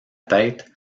tête